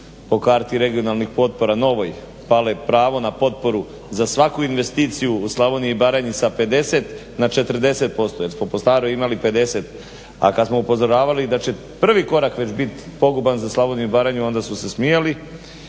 po karti regionalnih potpora novoj pale prava na potporu za svaku investiciju u Slavoniji i Baranji sa 50 na 40%, jer smo po staroj imali 50. A kad smo upozoravali da će prvi korak već biti poguban za Slavoniju i Baranju onda su se smijali.